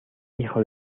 hijo